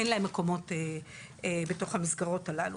אין להם מקומות בתוך המסגרות הללו,